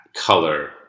color